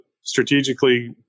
strategically